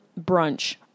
brunch